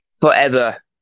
Forever